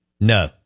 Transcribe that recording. No